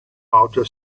outer